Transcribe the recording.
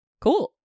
Cool